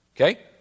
Okay